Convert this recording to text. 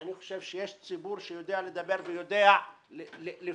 אני חושב שיש ציבור שיודע לדבר ויודע לפנות.